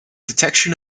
detection